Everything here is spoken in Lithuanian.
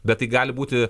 bet tai gali būti